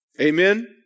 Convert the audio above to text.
Amen